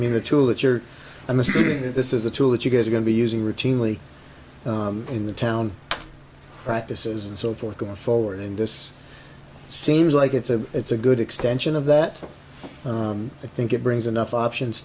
mean the tool that you're i'm assuming that this is a tool that you guys are going to be using routinely in the town practices and so forth going forward and this seems like it's a it's a good extension of that i think it brings enough options